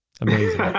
Amazing